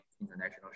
international